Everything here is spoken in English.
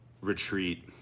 retreat